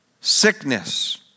sickness